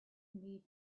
made